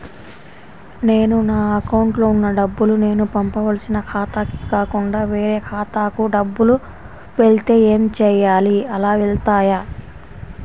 నేను నా అకౌంట్లో వున్న డబ్బులు నేను పంపవలసిన ఖాతాకి కాకుండా వేరే ఖాతాకు డబ్బులు వెళ్తే ఏంచేయాలి? అలా వెళ్తాయా?